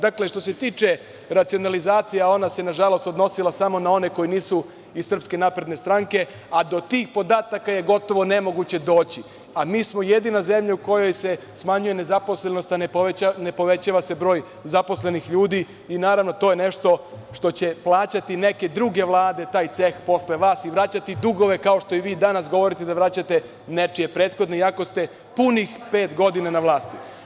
Dakle, što se tiče racionalizacije, a ona se nažalost odnosila samo na one koji nisu iz SNS, a do tih podatka je gotovo nemoguće doći, a mi smo jedina zemlja u kojoj se smanjuje nezaposlenost, a ne povećava se broj zaposlenih ljudi, i naravno to je nešto što je će plaćati neke druge vlade, i taj ceh posle vas i vraćati dugove, kao što vi govorite danas da vraćate nečije prethodne iako ste punih pet godina na vlasti.